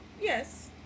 Yes